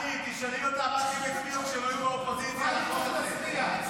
כעת אני מזמין את חבר הכנסת שלום דנינו לסכם את הדיון.